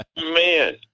Man